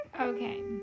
Okay